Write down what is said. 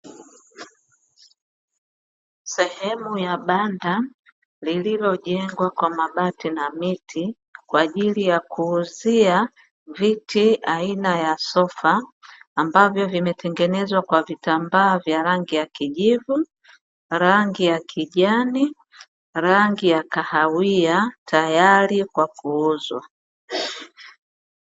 Sehemu ya banda lililojengwa kwa mabati na miti kwa ajili ya kuuzia viti aina ya sofa, ambavyo vimetengenezwa kwa vitambaa vya rangi ya kijivu, rangi ya kijani, rangi ya kahawia, tayari kwa kuuzwa.